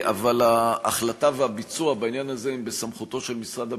אבל ההחלטה והביצוע בעניין הזה הם בסמכותו של משרד הביטחון,